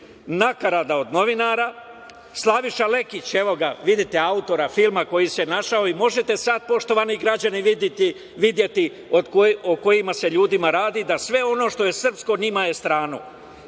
nakarada od novinara, Slaviša Lekić, evo ga, vidite, autora filma koji se našao. Možete sad poštovani građani videti o kojima se ljudima radi, da sve ono što je srpsko njima je